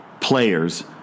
players